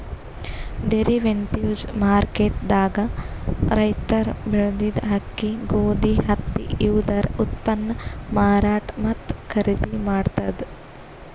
derivatives market ದಾಗ್ ರೈತರ್ ಬೆಳೆದಿದ್ದ ಅಕ್ಕಿ ಗೋಧಿ ಹತ್ತಿ ಇವುದರ ಉತ್ಪನ್ನ್ ಮಾರಾಟ್ ಮತ್ತ್ ಖರೀದಿ ಮಾಡ್ತದ್